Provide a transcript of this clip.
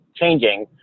changing